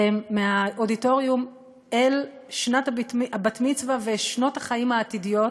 מהאודיטוריום אל שנת הבת-מצווה ושנות החיים העתידיות